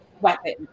weapon